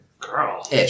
Girl